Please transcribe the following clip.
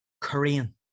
Korean